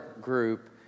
group